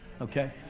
okay